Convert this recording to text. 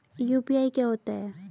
UPI क्या होता है?